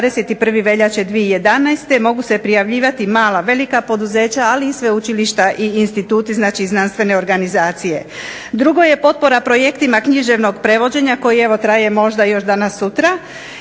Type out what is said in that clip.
21. veljače 2011. mogu se prijavljivati mala i velika poduzeća ali i sveučilišta i instituti znači znanstvene organizacije. Drugo je potpora projektima književnog prevođenja koji traje možda danas, sutra